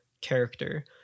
character